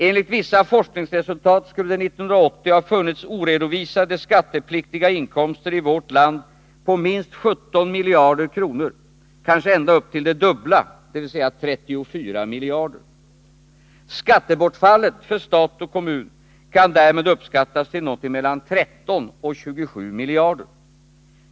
Enligt vissa forskningsresultat skulle det 1980 ha funnits oredovisade skattepliktiga inkomster i vårt land på minst 17 miljarder kronor — kanske ända upp till det dubbla beloppet, dvs. 34 miljarder kronor. Skattebortfallet för stat och kommun kan därmed uppskattas till någonting mellan 13 och 27 miljarder kronor.